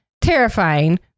terrifying